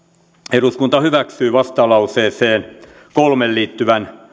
eduskunta hyväksyy vastalauseeseen kolmen liittyvän